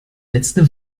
letzte